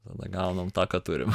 tada gaunam tą ką turim